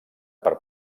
per